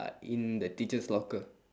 uh in the teachers' locker